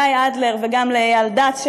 גיא אדלר וגם אייל דץ,